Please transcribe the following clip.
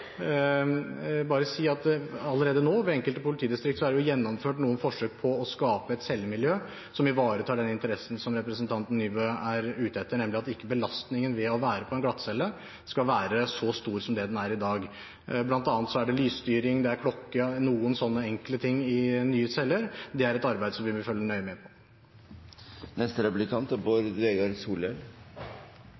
bare å si at i enkelte politidistrikter er det allerede gjennomført noen forsøk på å skape et cellemiljø som ivaretar den interessen som representanten Nybø er ute etter, nemlig at belastningen ved å sitte på glattcelle ikke skal være så stor som det den er i dag. Blant annet er det lysstyring, det er klokke – slike enkle ting – i nye celler. Dette er et arbeid som vi vil følge nøye med på. Mot slutten av neste veke er